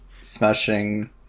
smashing